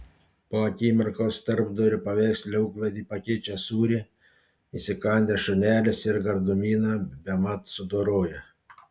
po akimirkos tarpdurio paveiksle ūkvedį pakeičia sūrį įsikandęs šunelis ir gardumyną bemat sudoroja